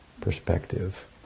perspective